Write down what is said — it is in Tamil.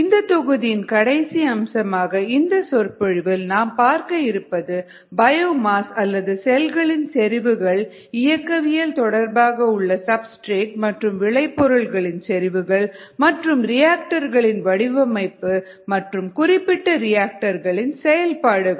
இந்தத் தொகுதியின் கடைசி அம்சமாக இந்த சொற்பொழிவில் நாம் பார்க்க இருப்பது பயோமாஸ் அல்லது செல்களின் செறிவுகள் இயக்கவியல் தொடர்பாக உள்ள சப்ஸ்டிரேட் மற்றும் விளை பொருள்களின் செறிவுகள் மற்றும் ரியாக்டர்களின் வடிவமைப்பு மற்றும் குறிப்பிட்ட ரியாக்டர்களின் செயல்பாடுகள்